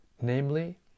namely